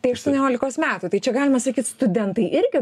tai aštuoniolikos metų tai čia galima sakyt studentai irgi